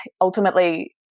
ultimately